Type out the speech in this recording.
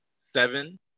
Seven